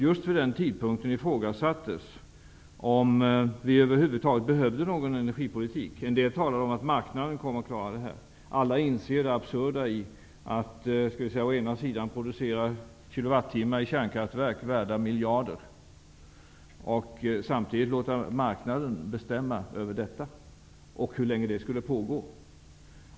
Just vid den tidpunkten ifrågasattes att vi över huvud taget behövde en energipolitik. En del talade om att marknaden skulle komma att klara saken. I dag inser alla det absurda i att å enda sidan producera många kilowattimmar i kärnkraftverk värda miljarder och samtidigt låta marknaden bestämma över hur länge det skulle pågå.